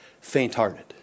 faint-hearted